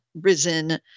risen